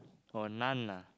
or none ah